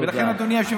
תודה.